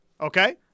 Okay